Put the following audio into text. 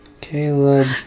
Caleb